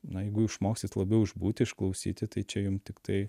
na jeigu išmoksit labiau išbūti išklausyti tai čia jum tiktai